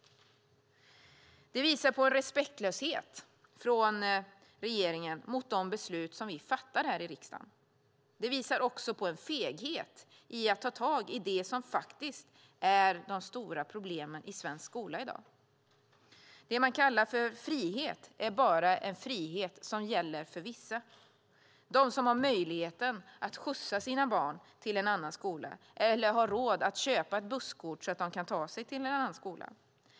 Det visar på en respektlöshet från regeringen mot de beslut som vi fattar här i riksdagen. Det visar också på en feghet i att ta tag i det som faktiskt är de stora problemen i svensk skola i dag. Det man kallar frihet är bara en frihet som gäller vissa - de som har möjligheten att skjutsa sina barn till en annan skola eller har råd att köpa busskort så att barnen kan ta sig till skolan.